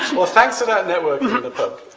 well, thanks for that networking in the pub.